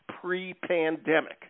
pre-pandemic